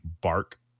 bark